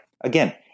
Again